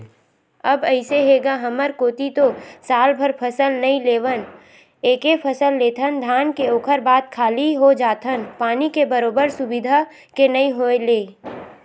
अब अइसे हे गा हमर कोती तो सालभर फसल नइ लेवन एके फसल लेथन धान के ओखर बाद खाली हो जाथन पानी के बरोबर सुबिधा के नइ होय ले